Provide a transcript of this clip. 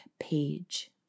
page